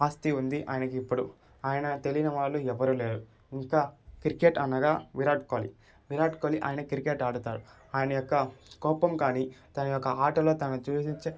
ఆస్తి ఉంది ఆయనకి ఇప్పుడు ఆయన తెలియని వాళ్ళు ఎవరు లేరు ఇంకా క్రికెట్ అనగా విరాట్ కోహ్లీ విరాట్ కోహ్లీ ఆయన క్రికెట్ ఆడుతారు ఆయన యొక్క కోపం కానీ తన యొక్క ఆటలో తాను చూపించే